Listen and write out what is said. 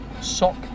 sock